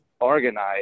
organize